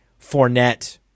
Fournette